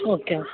okay